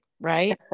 right